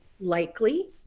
likely